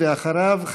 ואחריו,